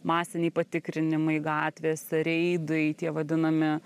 masiniai patikrinimai gatvėse reidai tie vadinami